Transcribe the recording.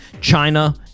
China